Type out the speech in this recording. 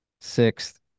sixth